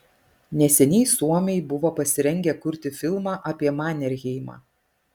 neseniai suomiai buvo pasirengę kurti filmą apie manerheimą